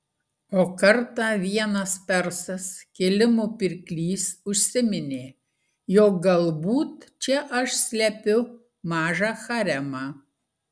o kartą vienas persas kilimų pirklys užsiminė jog galbūt čia aš slepiu mažą haremą